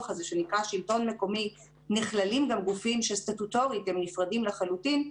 הזה שנקרא שלטון מקומי נכללים גם גופים שסטטוטורית הם נפרדים לחלוטין,